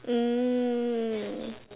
mm